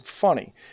funny